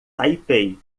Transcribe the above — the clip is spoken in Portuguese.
taipei